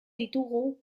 ditugu